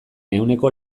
ehuneko